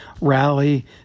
rally